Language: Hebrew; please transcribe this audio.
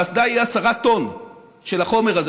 באסדה יהיה 10 טון של החומר הזה,